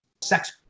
sex